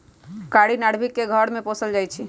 कारी नार्भिक के घर में पोशाल जाइ छइ